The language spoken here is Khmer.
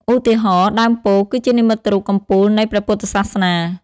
ឧទាហរណ៍ ដើមពោធិ៍គឺជានិមិត្តរូបកំពូលនៃ ព្រះពុទ្ធសាសនា។